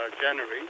January